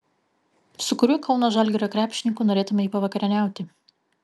su kuriuo kauno žalgirio krepšininku norėtumei pavakarieniauti